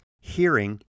hearing